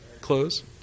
close